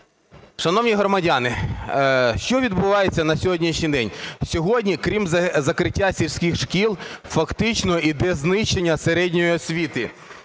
Шановні громадяни, що відбувається на сьогоднішній день. Сьогодні, крім закриття сільських шкіл, фактично йде знищення середньої освіти.